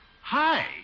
Hi